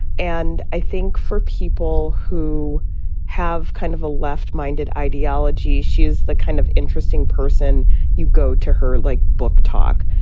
and i think for people who have kind of a left minded ideology, she is the kind of interesting person you go to her like, book talk.